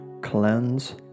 cleanse